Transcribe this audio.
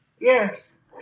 Yes